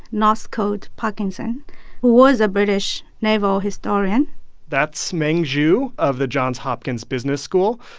northcote parkinson, who was a british naval historian that's meng zhu of the johns hopkins business school.